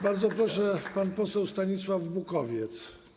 Bardzo proszę, pan poseł Stanisław Bukowiec.